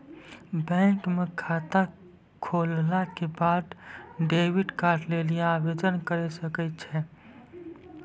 bank म खाता खोलला के बाद डेबिट कार्ड लेली आवेदन करै सकै छौ